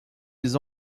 les